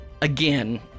again